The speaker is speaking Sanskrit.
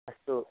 अस्तु